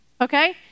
Okay